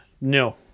No